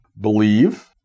believe